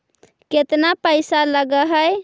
केतना पैसा लगय है?